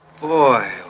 Boy